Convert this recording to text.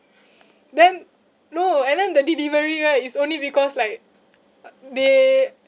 then no and then the delivery right it's only because like they